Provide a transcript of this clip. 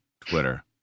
Twitter